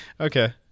Okay